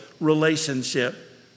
relationship